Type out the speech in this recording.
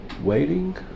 waiting